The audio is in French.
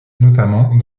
notamment